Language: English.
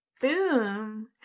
Boom